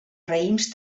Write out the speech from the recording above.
raïms